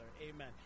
Amen